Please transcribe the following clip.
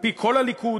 על-פי כל הליכוד,